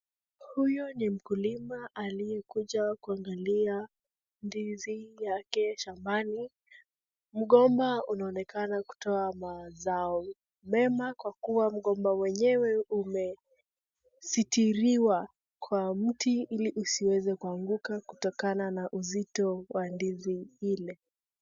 Huyo ni mkulima aliyekuja kuangalia ndizi yake shambani. Mgomba unaonekana kutoa mazao mema kwa kua mgomba wenyewe umesitiriwa kwa mti ili usiweze kuanguka kutokana na uzito wa ndizi ile.